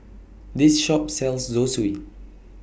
This Shop sells Zosui